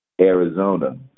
Arizona